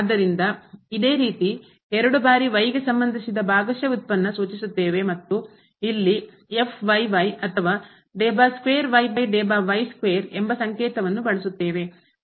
ಆದ್ದರಿಂದ ಇದೇ ರೀತಿ ಎರಡು ಬಾರಿ ಸಂಬಂಧಿಸಿದ ಭಾಗಶಃ ವ್ಯುತ್ಪನ್ನ ಸೂಚಿಸುತ್ತೇವೆ ಮತ್ತು ಇಲ್ಲಿ ಅಥವಾ ಎಂಬ ಸಂಕೇತವನ್ನು ಬಳಸುತ್ತೇವೆ